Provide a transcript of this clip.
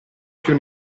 più